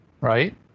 right